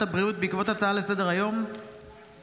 הבריאות בעקבות דיון בהצעה לסדר-היום של